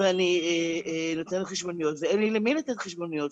ואני נותנת חשבוניות ואין לי למי לתת חשבוניות.